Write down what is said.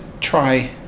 try